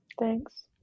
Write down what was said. Thanks